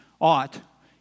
ought